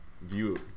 view